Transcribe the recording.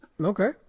Okay